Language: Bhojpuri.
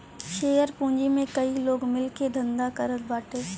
शेयर पूंजी में कई लोग मिल के धंधा करत बाटे